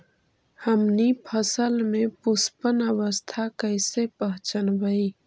हमनी फसल में पुष्पन अवस्था कईसे पहचनबई?